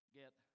get